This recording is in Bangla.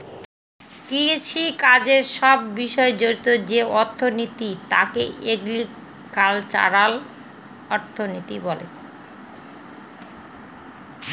কৃষিকাজের সব বিষয় জড়িত যে অর্থনীতি তাকে এগ্রিকালচারাল অর্থনীতি বলে